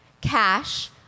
Cash